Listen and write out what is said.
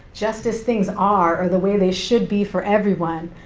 just as things are, or the way they should be for everyone,